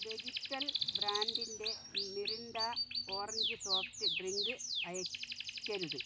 vegetal ബ്രാൻഡിന്റെ Mirinda orange soft drink അയക്കരുത്